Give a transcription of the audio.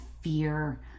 fear